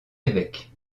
évêque